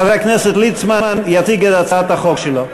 חבר הכנסת ליצמן יציג את הצעת החוק שלו.